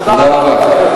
תודה רבה.